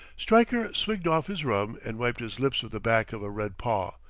stryker swigged off his rum and wiped his lips with the back of a red paw,